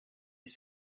dix